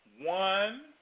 one